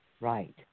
Right